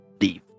leave